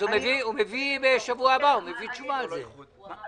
הוא מביא תשובה על זה בשבוע הבא.